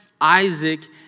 Isaac